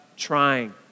trying